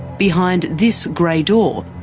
behind this grey door,